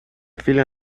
filha